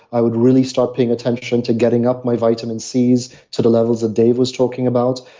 i would really start paying attention to getting up. my vitamin cs to the levels of dave was talking about.